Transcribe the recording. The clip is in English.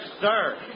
sir